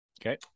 Okay